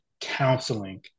counseling